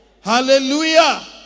Hallelujah